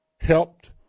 helped